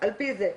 על-פי זה.